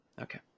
Okay